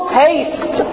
taste